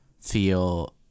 feel